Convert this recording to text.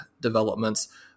developments